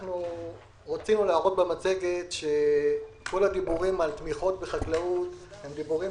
רצינו להראות במצגת שכל הדיבורים על תמיכות בחקלאות הם דיבורים